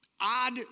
odd